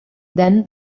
then